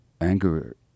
anger